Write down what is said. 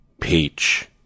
peach